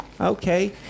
Okay